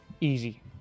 Easy